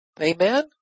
Amen